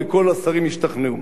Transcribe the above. וכל השרים השתכנעו.